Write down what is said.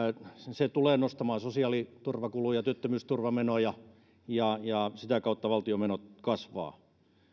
se tulee nostamaan sosiaaliturvakuluja työttömyysturvamenoja ja ja sitä kautta valtion menot kasvavat